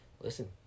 Listen